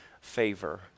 favor